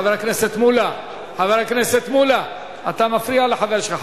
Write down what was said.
חבר הכנסת מולה, אתה מפריע לחבר שלך.